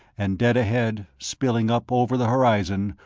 and dead ahead, spilling up over the horizon,